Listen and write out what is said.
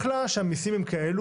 נוח לה שהמיסים הם כאלה,